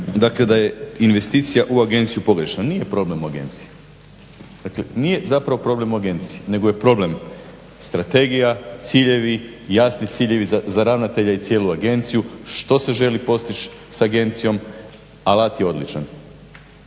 dakle da je investicija u agenciju pogrešna. Nije problem u agenciji. Dakle, nije zapravo problem u agenciji nego je problem strategija, ciljevi, jasni ciljevi za ravnatelja i cijelu agenciju što se želi postići s agencijom, alat je odličan.